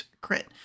crit